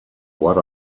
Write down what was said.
what